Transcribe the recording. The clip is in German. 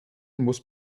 muss